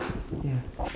ya